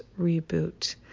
Reboot